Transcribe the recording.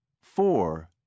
four